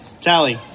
Tally